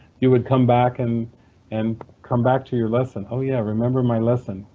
you would come back and and come back to your lesson, oh yeah, remember my lesson,